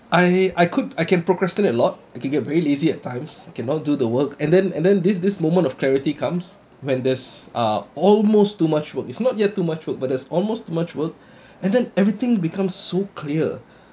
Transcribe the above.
I I could I can procrastinate a lot I could get very lazy at times cannot do the work and then and then this this moment of clarity comes when there's uh almost too much work is not yet too much work but there's almost much work and then everything becomes so clear